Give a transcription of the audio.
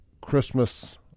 Christmas